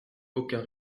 aucun